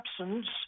absence